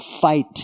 fight